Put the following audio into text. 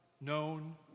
known